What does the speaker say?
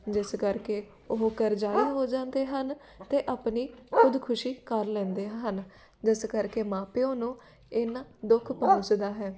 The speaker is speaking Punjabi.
ਜਿਸ ਕਰਕੇ ਉਹ ਕਰਜਾਈ ਹੋ ਜਾਂਦੇ ਹਨ ਅਤੇ ਆਪਣੀ ਖੁਦਕੁਸ਼ੀ ਕਰ ਲੈਂਦੇ ਹਨ ਜਿਸ ਕਰਕੇ ਮਾਂ ਪਿਓ ਨੂੰ ਇੰਨਾ ਦੁੱਖ ਪਹੁੰਚਦਾ ਹੈ